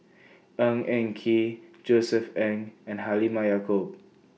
Ng Eng Kee Josef Ng and Halimah Yacob